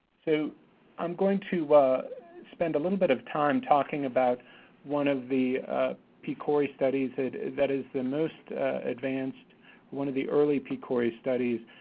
so um going to spend a little bit of time talking about one of the pcori studies, that is that is the most advanced one of the early pcori studies,